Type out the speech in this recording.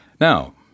Now